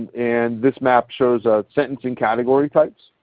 and this map shows sentencing category types.